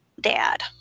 dad